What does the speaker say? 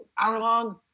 Hour-long